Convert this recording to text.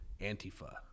Antifa